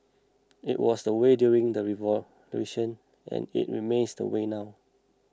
it was the way during the revolution and it remains the way now